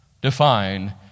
define